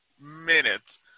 minutes